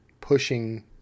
pushing